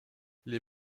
les